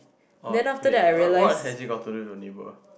orh wait what has it got to do with your neighbour